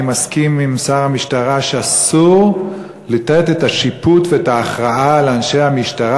אני מסכים עם שר המשטרה שאסור לתת את השיפוט ואת ההכרעה לאנשי המשטרה,